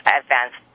advance